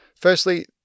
Firstly